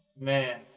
man